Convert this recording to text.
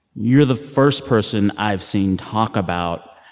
you're the first person i've seen talk about